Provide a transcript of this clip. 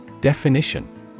Definition